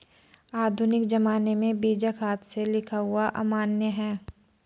आधुनिक ज़माने में बीजक हाथ से लिखा हुआ अमान्य है